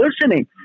listening